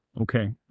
okay